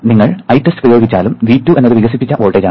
നിങ്ങൾ എവിടെ Itest പ്രയോഗിച്ചാലും V2 എന്നത് വികസിപ്പിച്ച വോൾട്ടേജാണ്